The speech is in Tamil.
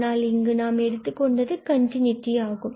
ஆனால் இங்கு நாம் எடுத்துக் கொண்டது கண்டினூட்டி ஆகும்